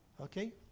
Okay